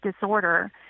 disorder